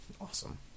Awesome